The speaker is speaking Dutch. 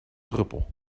druppel